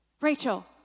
Rachel